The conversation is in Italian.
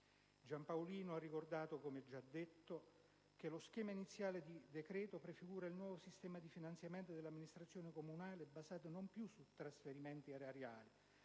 Giampaolino ha ricordato, come già detto, che lo schema iniziale di decreto «prefigura il nuovo sistema di finanziamento delle amministrazioni comunali basato non più su trasferimenti erariali